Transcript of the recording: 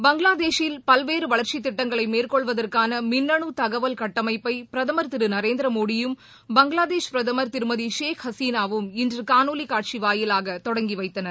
பங்களாதேஷில் பல்வேறு வளர்ச்சித் திட்டங்களை மேற்கொள்வதற்கான மின்னணு தகவல் கட்டமைப்பை பிரதமர் திரு நரேந்திரமோடியும் பங்களாதேஷ் பிரதமர் திருமதி ஷேக் ஹசினாவும் இன்று காணொலி காட்சி வாயிலாக தொடங்கி வைத்தனர்